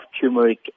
turmeric